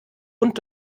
und